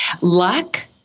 Luck